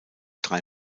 drei